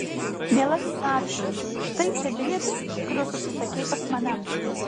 mielasis radžai štai čia bilietai kuriuos užsisakei pas mane